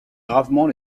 gravement